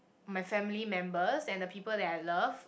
my family members and the people that I love